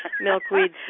milkweed